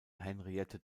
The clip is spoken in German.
henriette